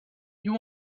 you